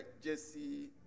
Jesse